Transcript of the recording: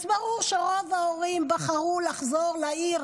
ברור שרוב ההורים בחרו לחזור לעיר,